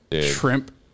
shrimp